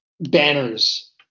banners